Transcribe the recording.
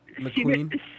McQueen